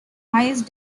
highest